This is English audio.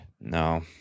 No